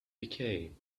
became